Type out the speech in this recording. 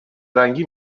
رنگی